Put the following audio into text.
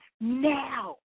now